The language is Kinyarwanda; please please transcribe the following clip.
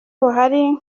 buhari